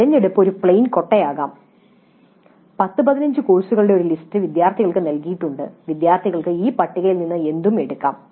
elective ഒരു plain കൊട്ടയായി നൽകാം പത്ത് പതിനഞ്ച് കോഴ്സുകളുടെ ഒരു ലിസ്റ്റ് വിദ്യാർത്ഥികൾക്ക് നൽകിയിട്ടുണ്ട് വിദ്യാർത്ഥികൾക്ക് ഈ പട്ടികയിൽ നിന്ന് എന്തും എടുക്കാം